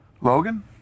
Logan